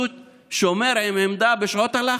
שומר עם עמדה בשעות הלחץ.